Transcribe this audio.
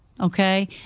okay